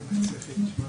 אלא אני חושב שגם בעולם.